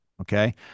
Okay